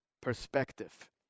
perspective